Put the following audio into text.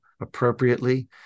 appropriately